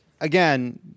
again